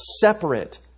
separate